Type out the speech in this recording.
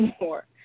more